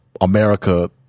America